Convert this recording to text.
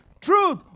Truth